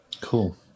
Cool